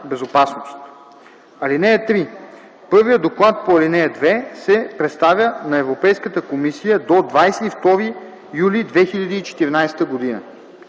(3) Първият доклад по ал. 2 се представя на Европейската комисия до 22 юли 2014 г.